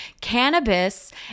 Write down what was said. cannabis